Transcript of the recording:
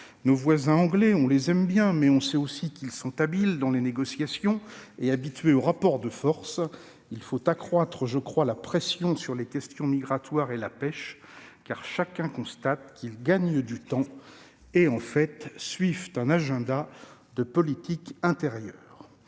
Nos voisins anglais, on les aime bien, mais on sait aussi qu'ils sont habiles en négociation et habitués aux rapports de force. Il faut accroître, je crois, la pression sur les questions migratoires et la pêche, car chacun constate qu'ils gagnent du temps et suivent en fait un programme de politique intérieure.